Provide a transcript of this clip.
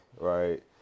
right